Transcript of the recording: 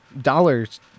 dollars